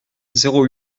zéro